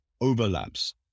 overlaps